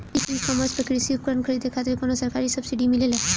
ई कॉमर्स पर कृषी उपकरण खरीदे खातिर कउनो सरकारी सब्सीडी मिलेला?